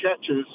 catches –